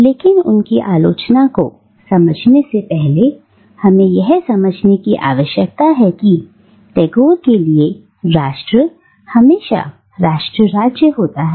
लेकिन उनकी आलोचना को समझने से पहले हमें यह समझने की आवश्यकता है कि टैगोर के लिए राष्ट्र हमेशा राष्ट्र राज्य होता है